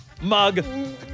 Mug